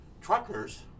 Truckers